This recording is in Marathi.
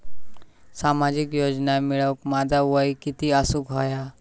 सामाजिक योजना मिळवूक माझा वय किती असूक व्हया?